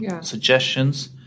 suggestions